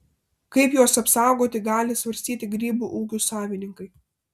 kaip juos apsaugoti gali svarstyti grybų ūkių savininkai